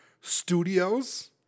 studios